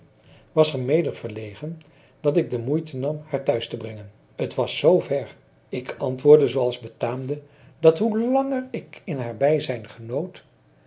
was er mede verlegen dat ik de moeite nam haar thuis te brengen het was zoo ver ik antwoordde zooals betaamde dat hoe langer ik haar bijzijn genoot